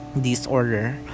Disorder